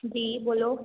जी बोलो